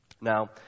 Now